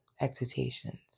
excitations